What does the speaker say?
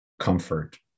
comfort